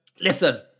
listen